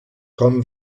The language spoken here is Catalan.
com